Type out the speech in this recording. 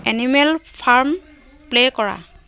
animal farm play কৰা